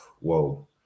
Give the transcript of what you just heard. Whoa